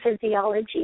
physiology